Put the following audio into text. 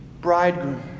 bridegroom